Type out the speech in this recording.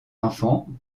enfants